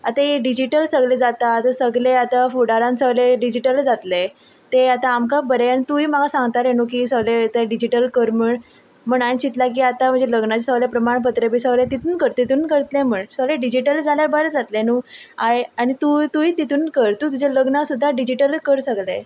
आतां ए डिजिटल सगलें जाता आतां सगलें आतां फुडारान सगलें डिजिटलच जातलें तें आतां आमकां बरें आन तूंय म्हाका सांगतालें न्हू की सगलें यें तें डिजिटल कर म्हण म्हण हांवें चिंतलां की आतां म्हाजे लग्नाचे सगले प्रमाणपत्र बी सगलें तितून कर तितुनूत करत्लें म्हण सगलें डिजिटल जाल्या बरें जातलें न्हू आंय आनी तूंय तूंय तितुनूत कर तूं तुजें लग्ना सुद्दां डिजिटलूच कर सगलें